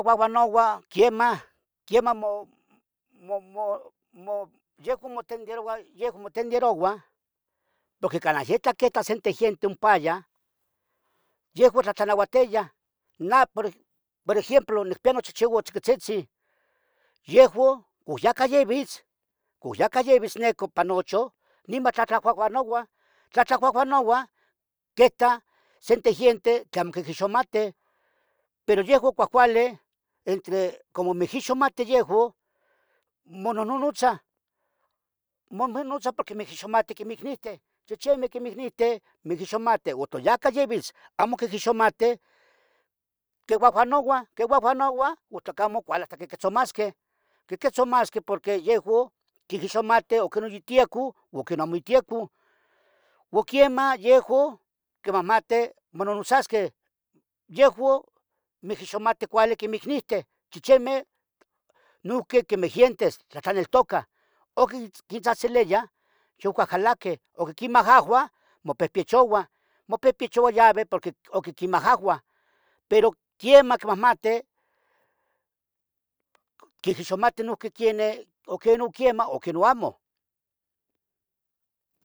Ouahouanoua, quiemah, quiemah mo- mo- mo. yeuan motenderouah, yehuan motenderouah, porque. canah yeta, queta sente giente ompaya, yehuan. tlahtlanauatiyah Nah por, por ejemplo nicpiya nochichiuan tziquitziztzin. yehuo, o, yacah yeh vitz, con yacah yeh vitz ne copa nocho. niman tlatlahuahuanouah, tlatlahuahuanouah quetah sente. giente tle amo quiquixomateh, pero yehuan cuahcuale entre. como mihixohomateh yehuon, monohnonutzah, monohnonutzah porque. mihixomateh quimeh icniteh chichimeh, chichimeh quiemeh icniteh. mihixomateh otojahca yivis, quiquixomateh amo quiuahuanouah. quiuahuanouah o tlocamo cuale hasta quequetzomasqueh, quequetzomasqueh porque yehuon, quiquixmateh oquinun. itiecu, oquiniamo itiecu u quiemah yehoun quimahmateh. mononotzasqueh, yehuon mihixmateh cuale quiemeh icniteh. chichimeh, nunqui quiemeh gientes tlahtlaneltocah oquin quintzahtzeleya yucahcalaquh, oc quimahahuah mopehpichouah. mopepechouan yaveh porque oc qimahahuah, pero quiemah quimahmatih. quiquixmate nunque quieneh, oquieno quiemah, oquieno amo.